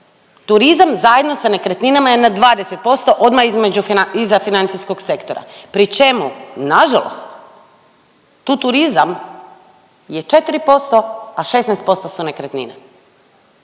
turizam zajedno sa nekretninama je na 20% odmah iza financijskog sektora pri čemu na žalost tu turizam je 4%, a 16% su nekretnine